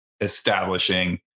establishing